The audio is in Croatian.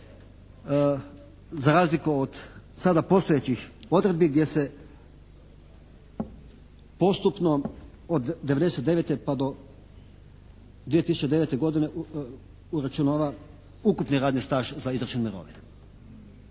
za razliku od sada postojećih odredbi gdje se postupno od '99. pa do 2009. godine uračunava ukupni radni staž za izračun mirovine,